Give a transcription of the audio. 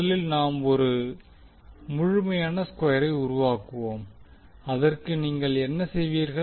முதலில் நாம் ஒரு முழுமையான ஸ்கொயரை உருவாக்குவோம் அதற்கு நீங்கள் என்ன செய்வீர்கள்